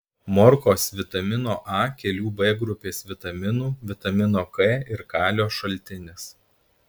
morkos vitamino a kelių b grupės vitaminų vitamino k ir kalio šaltinis